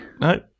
No